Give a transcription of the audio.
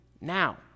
now